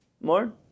More